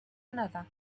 another